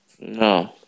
No